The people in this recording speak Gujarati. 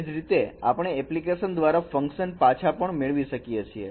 એ જ રીતે આપણે એપ્લીકેશન દ્વારા ફંકશન પાછા પણ મેળવી શકીએ છીએ